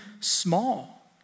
small